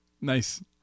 Nice